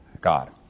God